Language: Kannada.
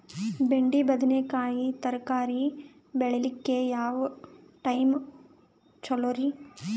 ಬೆಂಡಿ ಬದನೆಕಾಯಿ ತರಕಾರಿ ಬೇಳಿಲಿಕ್ಕೆ ಯಾವ ಟೈಮ್ ಚಲೋರಿ?